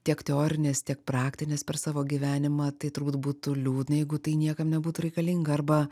tiek teorinės tiek praktinės per savo gyvenimą tai turbūt būtų liūdna jeigu tai niekam nebūtų reikalinga arba